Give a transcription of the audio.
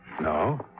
No